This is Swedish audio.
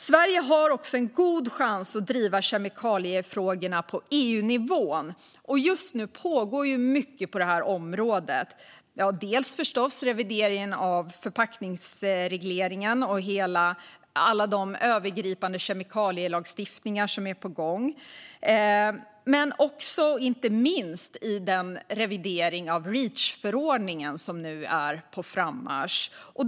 Sverige har en god chans att driva kemikaliefrågorna på EU-nivån. Just nu pågår mycket på området. Det gäller revideringen av förpackningsregleringen och alla de övergripande kemikalielagstiftningar som är på gång. Det handlar inte minst om den revidering av Reachförordningen som nu är på frammarsch.